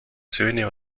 söhne